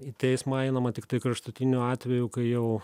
į teismą einama tiktai kraštutiniu atveju kai jau